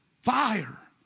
fire